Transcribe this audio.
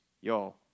y'all